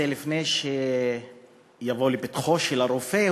זה לפני שבאים לפתחו של הרופא,